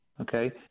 okay